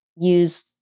use